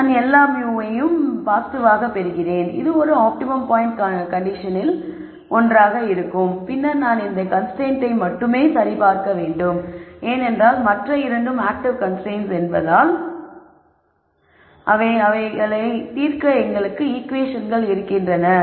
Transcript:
நான் எல்லா μs யும் பாசிட்டிவாக பெறுகிறேன் இது ஒரு ஆப்டிமம் பாயின்ட் கண்டிஷன்களில் ஒன்றாகும் பின்னர் நான் இந்த கன்ஸ்ரைன்ட்டை மட்டுமே இங்கு சரிபார்க்க வேண்டும் ஏனென்றால் மற்ற இரண்டும் ஆக்ட்டிவ் கன்ஸ்ரைன்ட்ஸ் என்பதால் அவை அவைகளை தீர்க்க எங்களுக்கு ஈகுவேஷன்களை இருக்கின்றன